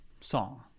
song